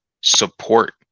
support